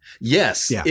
Yes